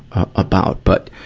about? but,